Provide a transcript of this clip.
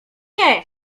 ziemię